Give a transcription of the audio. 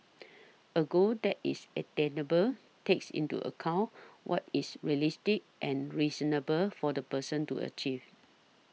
a goal that is attainable takes into account what is realistic and reasonable for the person to achieve